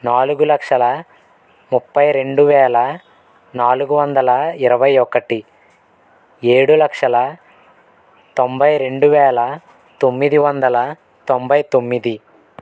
నాలుగు లక్షల ముప్పై రెండు వేల నాలుగు వందల ఇరవై ఒకటి ఏడు లక్షల తొంభై రెండు వేల తొమ్మిది వందల తొంభై తొమ్మిది